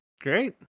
Great